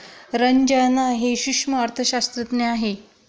रंजन हे सूक्ष्म अर्थशास्त्रज्ञ आहेत